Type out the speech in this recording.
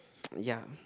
ya